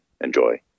enjoy